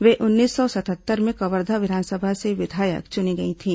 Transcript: वे उन्नीस सौ सतहत्तर में कवर्धा विधानसभा से विधायक चुनी गई थीं